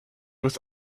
with